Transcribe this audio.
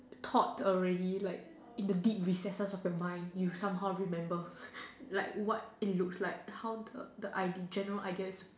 taught already like in the deep recesses of your mind you somehow remember like how it looks like the general idea